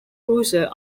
cruiser